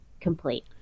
complete